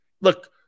Look